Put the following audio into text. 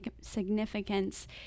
significance